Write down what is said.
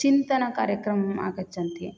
चिन्तनकार्यक्रमं आगच्छन्ति